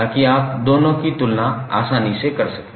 ताकि आप दोनों की तुलना आसानी से कर सकें